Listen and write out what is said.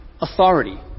authority